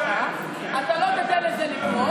אתה לא תיתן לזה לקרות.